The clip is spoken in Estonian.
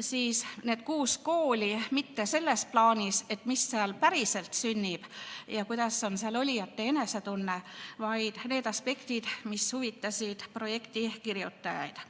siis mitte selles plaanis, et mis seal päriselt sünnib ja kuidas on seal olijate enesetunne, vaid neist aspektidest, mis huvitasid projekti kirjutajaid.